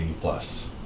plus